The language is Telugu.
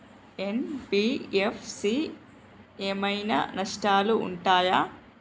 ఎన్.బి.ఎఫ్.సి ఏమైనా నష్టాలు ఉంటయా?